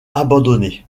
abandonné